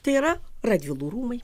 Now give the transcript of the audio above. tai yra radvilų rūmai